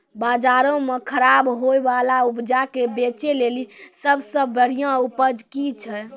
बजारो मे खराब होय बाला उपजा के बेचै लेली सभ से बढिया उपाय कि छै?